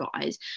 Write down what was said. guys